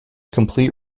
complete